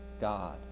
God